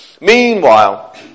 Meanwhile